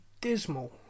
dismal